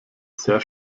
sehr